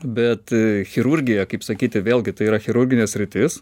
bet chirurgija kaip sakyti vėlgi tai yra chirurginė sritis